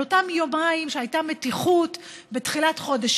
על אותם יומיים שהייתה בהם מתיחות בתחילת חודש